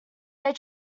they